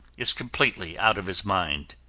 is completely out of his mind.